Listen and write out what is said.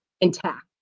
intact